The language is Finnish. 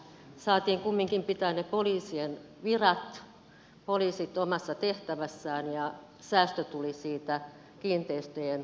saatiin kumminkin pitää ne poliisien virat poliisit omassa tehtävässään ja säästö tuli siitä kiinteistöjen yhteiskäytöstä